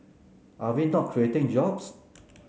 are we not creating jobs